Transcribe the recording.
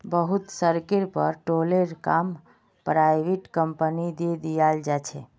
बहुत सड़केर पर टोलेर काम पराइविट कंपनिक दे दियाल जा छे